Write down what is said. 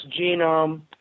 genome